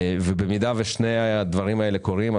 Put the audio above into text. במידה ושני הדברים האלה קורים,